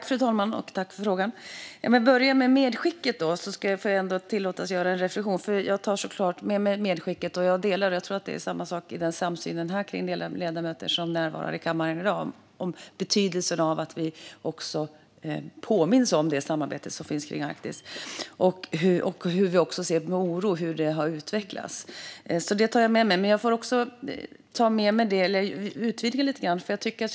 Fru talman! Jag tackar för frågan. Jag börjar med medskicket, som jag självklart tar med mig, och tillåter mig att göra en reflektion. Jag håller med om betydelsen av att vi påminns om det samarbete som finns om Arktis och ser med oro på hur det har utvecklats. Jag tror att det finns en samsyn om det bland de ledamöter som närvarar i kammaren i dag. Jag vill utvidga det hela lite grann.